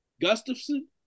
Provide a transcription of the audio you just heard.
Gustafson